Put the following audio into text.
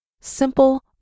Simple